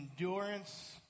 endurance